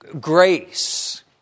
grace